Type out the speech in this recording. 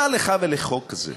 מה לך ולחוק זה?